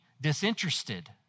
disinterested